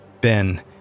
Ben